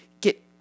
get